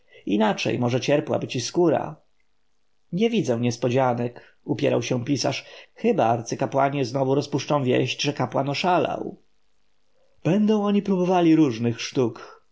inaczej może cierpłaby ci skóra nie widzę niespodzianek upierał się pisarz chyba arcykapłani znowu rozpuszczą wieść że faraon oszalał będą oni próbowali różnych sztuk